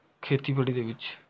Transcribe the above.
ਖੇਤੀਬਾੜੀ ਦੇ ਵਿੱਚ